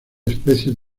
especies